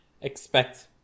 expect